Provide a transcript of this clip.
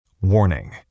Warning